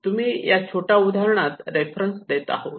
आम्ही या छोट्या उदाहरणात रेफरन्स देत आहोत